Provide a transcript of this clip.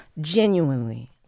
Genuinely